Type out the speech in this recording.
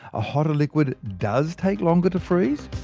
a hotter liquid does take longer to freeze.